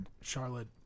Charlotte